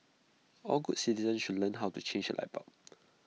all good citizens should learn how to change A light bulb